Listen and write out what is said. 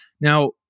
Now